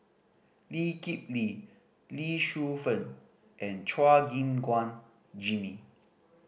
Lee Kip Lee Lee Shu Fen and Chua Gim Guan Jimmy